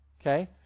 Okay